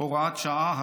(הוראת שעה),